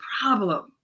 problem